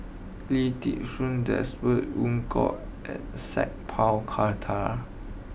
Lee Ti Seng Desmond Evon Kow and Sat Pal Khattar